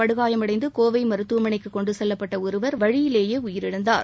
படுகாயமடைந்து கோவை மருத்துவமனைக்கு கொண்டு செல்வப்பட்ட ஒருவர் வழியிலேயே உயிரிழந்தார்